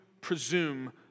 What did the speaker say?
presume